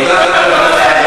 דעתך נשמעה.